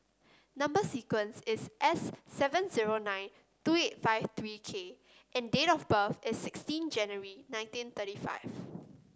number sequence is S seven zero nine two eight five three K and date of birth is sixteenth January nineteen thirty five